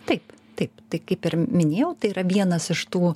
taip taip tai kaip ir minėjau tai yra vienas iš tų